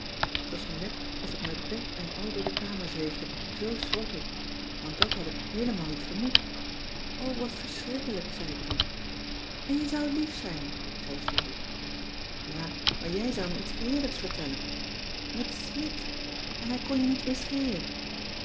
t was me net of ik met bed en al door de kamer zweefde zoo schrok ik want dat had ik heelemaal niet vermoed o wat verschrikkelijk zei ik toen en je zou lief zijn zei julie cissy van marxveldt de h b s tijd van joop ter heul ja maar jij zou me iets heerlijks vertellen met smidt en hij kon je niets meer schelen